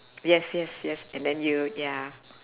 yes yes yes and then you ya